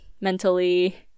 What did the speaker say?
mentally